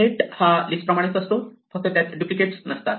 set हा list प्रमाणेच असतो फक्त त्यात डुप्लिकेट नसतात